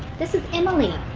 this is emily.